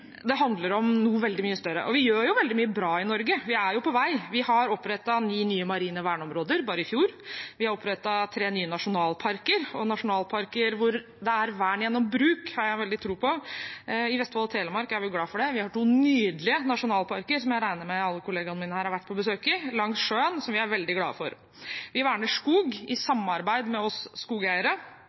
det handler om noe veldig mye større. Vi gjør veldig mye bra i Norge, vi er på vei. Vi har opprettet ni nye marine verneområder bare i fjor. Vi har opprettet tre nye nasjonalparker, og nasjonalparker hvor det er vern gjennom bruk har jeg veldig tro på. I Vestfold og Telemark er vi glad for det. Vi har to nydelige nasjonalparker langs sjøen som vi er veldig glad for, og som jeg regner med at alle kollegaene mine her har vært på besøk i. Vi verner skog i samarbeid med oss skogeiere, og vi